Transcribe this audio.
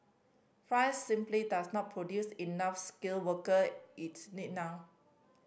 France simply does not produce enough skilled worker its need now